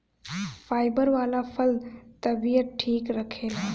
fibre वाला फल तबियत ठीक रखेला